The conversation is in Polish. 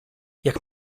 jak